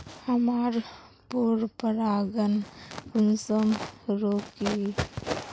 हमार पोरपरागण कुंसम रोकीई?